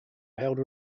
held